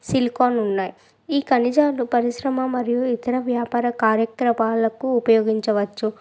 silicon ఉన్నాయ్ ఈ ఖనిజాలు పరిశ్రమ మరియు ఇతర వ్యాపార కార్యక్రమాలకు ఉపయోగించవచ్చు